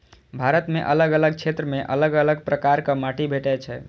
भारत मे अलग अलग क्षेत्र मे अलग अलग प्रकारक माटि भेटै छै